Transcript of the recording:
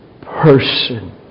person